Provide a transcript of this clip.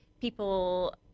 people